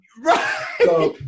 Right